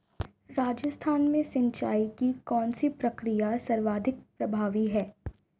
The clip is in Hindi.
राजस्थान में सिंचाई की कौनसी प्रक्रिया सर्वाधिक प्रभावी है?